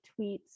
tweets